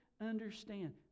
understand